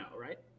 right